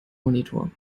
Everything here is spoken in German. monitor